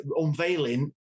unveiling